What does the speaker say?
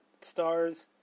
stars